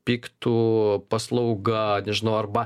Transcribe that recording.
piktų paslauga nežinau arba